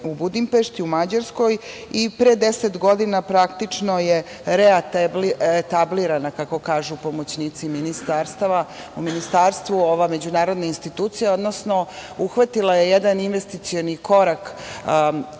u Budimpešti, u Mađarskoj i pre 10 godina je reatablirana, kako kažu pomoćnici ministarstava u Ministarstvu, ova međunarodna institucija, odnosno uhvatila je jedan investicioni korak